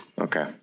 Okay